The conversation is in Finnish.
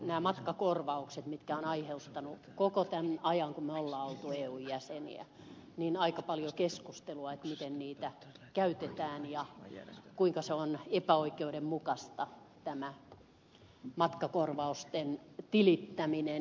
nämä matkakorvaukset ovat aiheuttaneet koko tämän ajan kun me olemme olleet eun jäseniä aika paljon keskustelua miten niitä käytetään ja kuinka epäoikeudenmukaista tämä matkakorvausten tilittäminen on